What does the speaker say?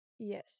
Yes